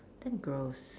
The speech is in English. damn gross